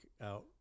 out